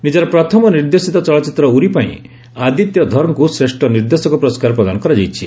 ନିଜର ପ୍ରଥମ ନିର୍ଦ୍ଦେଶିତ ଚଳଚ୍ଚିତ୍ର ଉରି ପାଇଁ ଆଦିତ୍ୟ ଧରଙ୍କୁ ଶ୍ରେଷ୍ଠ ନିର୍ଦ୍ଦେଶକ ପ୍ରରସ୍କାର ପ୍ରଦାନ କରାଯାଇଛି